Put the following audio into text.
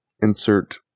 Insert